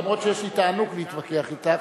אף שיש לי תענוג להתווכח אתך,